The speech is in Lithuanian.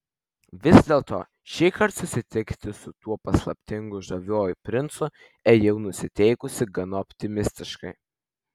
vis dėlto šįkart susitikti su tuo paslaptingu žaviuoju princu ėjau nusiteikusi gana optimistiškai